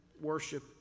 worship